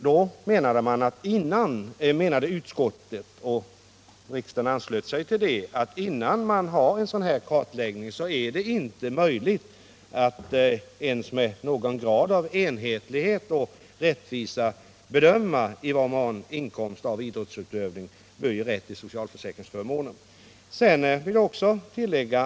Utskottet ansåg — och riksdagen anslöt sig till den uppfattningen — att innan man har gjort en sådan kartläggning är det inte möjligt att bedöma i vad mån inkomster av idrottsutövning bör ge rätt till socialförsäkringsförmåner och att skapa enhetliga och rättvisa regler härför.